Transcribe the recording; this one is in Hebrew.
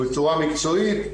בצורה מקצועית,